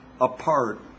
apart